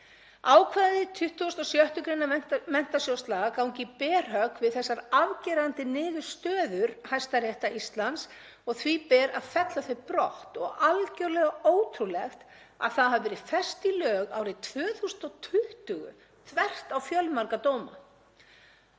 Ákvæði 26. gr. menntasjóðslaga ganga í berhögg við þessar afgerandi niðurstöður Hæstaréttar Íslands og því ber að fella þau brott og algjörlega ótrúlegt að þau hafi verið fest í lög árið 2020 þvert á fjölmarga dóma.